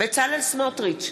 בצלאל סמוטריץ,